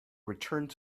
returned